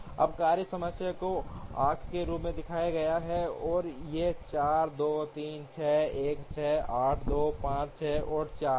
अब कार्य समय को आर्क्स के रूप में दिखाया गया है और ये 4 2 3 6 1 6 8 2 5 6 और 4 हैं